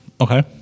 Okay